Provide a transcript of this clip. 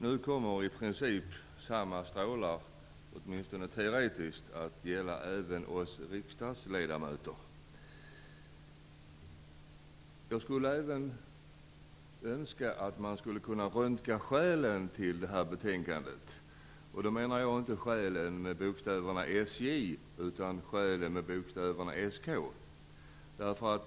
Nu kommer i princip samma strålar, åtminstone teoretiskt sett, att användas på oss riksdagsledamöter. Jag önskar att man skulle kunna röntga även skälen till det här betänkandet. Då menar jag inte själen, med bokstäverna sj, utan skälen, med bokstäverna sk.